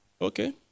Okay